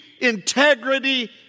integrity